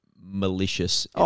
malicious